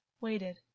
waited